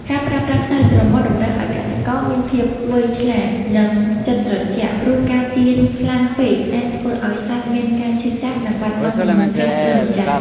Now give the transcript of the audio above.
ការប្រើប្រាស់ខ្សែច្រមុះតម្រូវឱ្យកសិករមានភាពវៃឆ្លាត និងចិត្តត្រជាក់ ព្រោះការទាញខ្លាំងពេកអាចធ្វើឱ្យសត្វមានការឈឺចាប់ និងបាត់បង់ទំនុកចិត្តលើម្ចាស់។